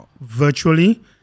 virtually